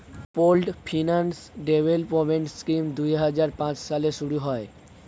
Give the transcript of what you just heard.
pooled finance development scheme দুই হাজার পাঁচ সালে শুরু হয়